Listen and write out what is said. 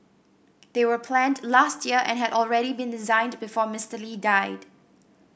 they were planned last year and had already been designed before Mister Lee died